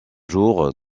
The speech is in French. jours